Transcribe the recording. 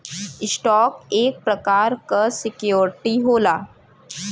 stock एक प्रकार क सिक्योरिटी होला